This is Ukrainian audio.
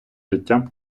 життя